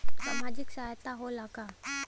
सामाजिक सहायता होला का?